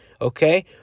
okay